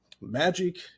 magic